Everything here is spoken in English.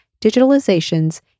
digitalizations